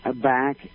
back